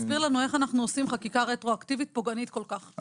תסביר לנו איך אנחנו עושים חקיקה רטרואקטיבית פוגענית כל כך,